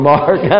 Mark